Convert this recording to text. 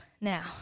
now